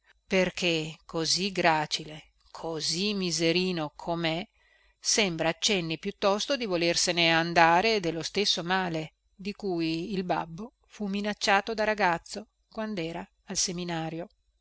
perché così gracile così miserino comè sembra accenni piuttosto di volersene andare dello stesso male di cui il babbo fu minacciato da ragazzo quandera al seminario